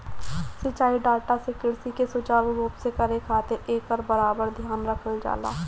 सिंचाई डाटा से कृषि के सुचारू रूप से करे खातिर एकर बराबर ध्यान रखल जाला